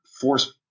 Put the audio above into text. force